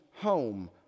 home